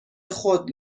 خود